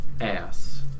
Ass